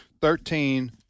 Thirteen